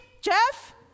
Jeff